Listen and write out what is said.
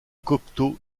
cocteau